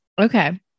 Okay